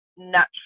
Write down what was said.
natural